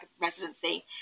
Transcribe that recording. residency